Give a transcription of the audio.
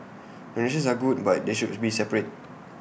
donations are good but they should be separate